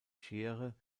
schere